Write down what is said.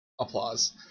applause